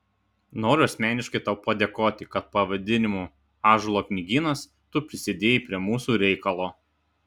noriu asmeniškai tau padėkoti kad pavadinimu ąžuolo knygynas tu prisidėjai prie mūsų reikalo